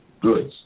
goods